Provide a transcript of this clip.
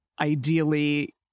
ideally